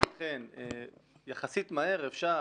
לכן יחסית מהר אפשר,